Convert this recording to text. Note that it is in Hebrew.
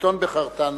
לשלטון בחרתנו",